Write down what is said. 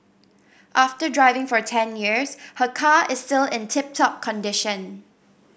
after driving for ten years her car is still in tip top condition